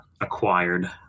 acquired